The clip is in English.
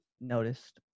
noticed